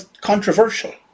controversial